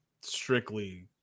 strictly